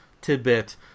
tidbit